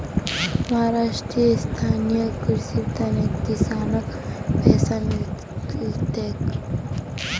महाराष्ट्रत स्थायी कृषिर त न किसानक पैसा मिल तेक